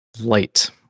Light